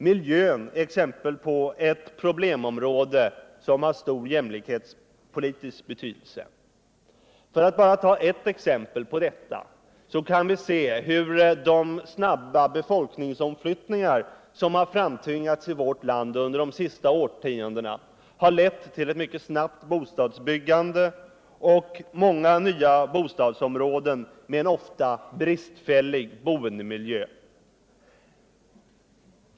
Miljön är t.ex. ett problemområde som har stor jämlikhetspolitisk betydelse. Vi kan se hur de snabba befolkningsomflyttningar som har framtvingats i vårt land under de senaste årtiondena harlett till ett mycket snabbt bostadsbyggande och många nya bostadsområden med en ofta bristfällig boendemiljö.